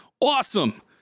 Awesome